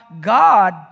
God